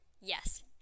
Yes